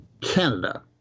Canada